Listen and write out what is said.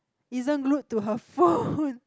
isn't glued to her phone